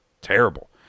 Terrible